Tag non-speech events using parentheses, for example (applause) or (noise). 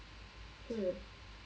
(noise)